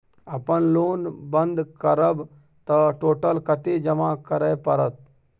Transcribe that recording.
अपन लोन बंद करब त टोटल कत्ते जमा करे परत?